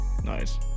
nice